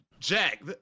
Jack